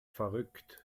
verrückt